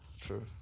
true